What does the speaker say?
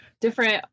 different